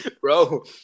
Bro